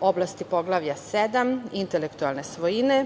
oblasti Poglavlja 7 – intelektualne svojine.